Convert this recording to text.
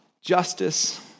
justice